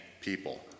people